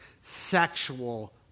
sexual